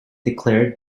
declared